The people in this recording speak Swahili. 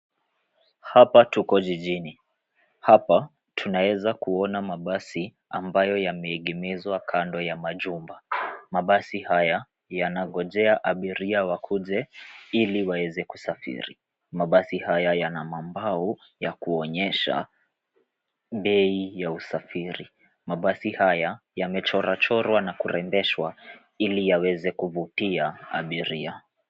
Hapa tuko jijini. Hapa, tunaweza kuona mabasi, ambayo yameegemezwa kando ya majumba. Mabasi haya yanangojea abiria wakuje, ili waweze kusafiri. Mabasi haya yana mambao, ya kuonyesha, bei ya usafiri. Mabasi haya yamechorwachorwa na kurembeshwa, ili yaweze kuvutia abiria.